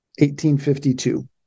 1852